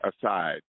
aside